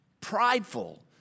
prideful